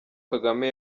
kagame